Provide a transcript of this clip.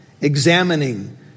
examining